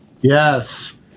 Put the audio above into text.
Yes